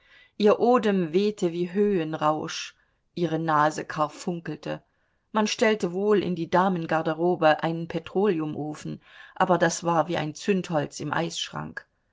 ihr odem wehte wie höhenrausch ihre nase karfunkelte man stellte wohl in die damengarderobe einen petroleumofen aber das war wie ein zündholz im eisschrank